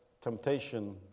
temptation